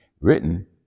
written